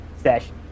session